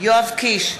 יואב קיש,